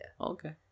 Okay